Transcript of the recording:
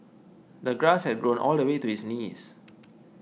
the grass had grown all the way to his knees